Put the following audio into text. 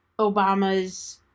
obamas